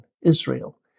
Israel